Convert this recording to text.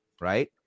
right